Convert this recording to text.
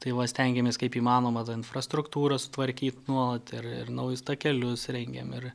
tai va stengiamės kaip įmanoma tą infrastruktūrą sutvarkyt nuolat ir naujus takelius rengiame ir